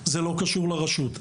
זה לא קשור לרשות,